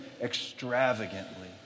extravagantly